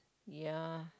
ya